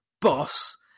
boss